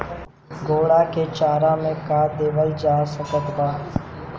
घोड़ा के चारा मे का देवल जा सकत बा?